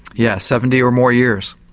yeah seventy or more years.